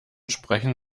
sprechen